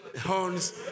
horns